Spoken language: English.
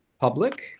public